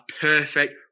perfect